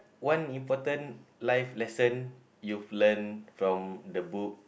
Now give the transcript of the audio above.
one important life lesson you've learnt from the book